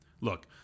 Look